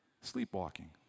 Sleepwalking